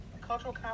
cultural